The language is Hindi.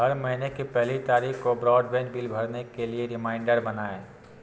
हर महीने की पहली तारीख को ब्रॉडबैंड बिल भरने के लिए रिमाइंडर बनाएं